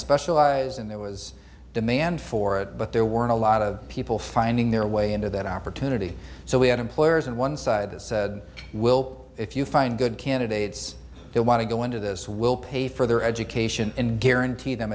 specialize in there was demand for it but there weren't a lot of people finding their way into that opportunity so we had employers and one side said we'll if you find good candidates they want to go into this we'll pay for their education in guarantee them